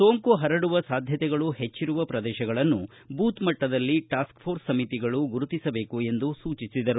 ಸೋಂಕು ಪರಡುವ ಸಾಧ್ಯತೆಗಳು ಹೆಚ್ಚರುವ ಪ್ರದೇಶಗಳನ್ನು ಬೂತ್ ಮಟ್ಟದಲ್ಲಿ ಟಾಸ್ಕ್ ಪೋರ್ಸ್ ಸಮಿತಿಗಳು ಗುರುತಿಸಬೇಕು ಎಂದು ಸೂಚಿಸಿದರು